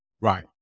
Right